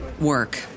work